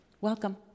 Welcome